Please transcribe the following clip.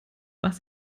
was